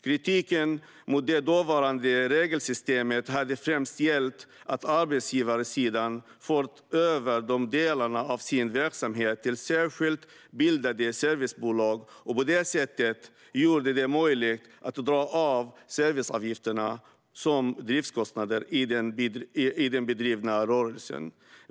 Kritiken mot det dåvarande regelsystemet hade främst gällt att arbetsgivarsidan fört över dessa delar av sin verksamhet till särskilt bildade servicebolag och på det sättet gjort det möjligt att dra av serviceavgifterna som driftskostnader i den bedrivna rörelsen.